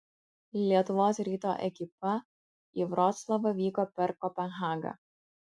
lietuvos ryto ekipa į vroclavą vyko per kopenhagą